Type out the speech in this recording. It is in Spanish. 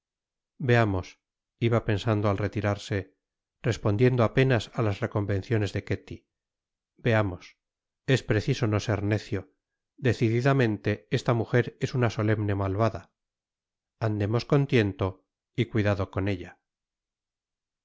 veamos iba pensando al retirarse respondiendo apenas á las reconvenciones de ketty veamos es preciso no ser necio decididamente esta mujer es una solemne malvada andemos con tiento y cuidado con ella